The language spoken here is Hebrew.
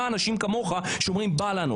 לא, את לא מדברת בנימוס, את מפריעה לי.